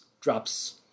drops